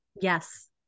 yes